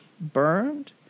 burned